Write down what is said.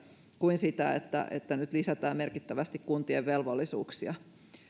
kuin että nyt lisättäisiin merkittävästi kuntien velvollisuuksia